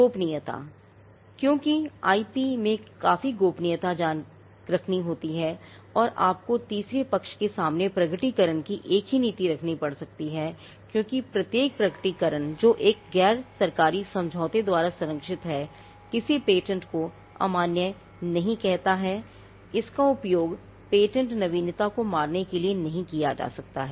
गोपनीयता क्योंकि आईपी में काफी गोपनीय जानकारी शामिल होती है और आपको तीसरे पक्ष के सामने प्रकटीकरण की ही एक नीति रखनी पड़ सकती है क्योंकि प्रत्येक प्रकटीकरण जो एक गैर सरकारी समझौते द्वारा संरक्षित है किसी पेटेंट को अमान्य नहीं करता इसका उपयोग पेटेंट नवीनता को मारने के लिए नहीं किया जा सकता है